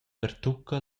pertucca